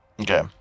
Okay